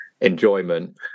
enjoyment